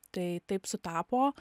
tai taip sutapo